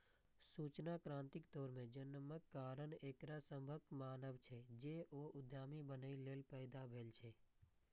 सूचना क्रांतिक दौर मे जन्मक कारण एकरा सभक मानब छै, जे ओ उद्यमी बनैए लेल पैदा भेल छै